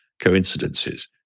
coincidences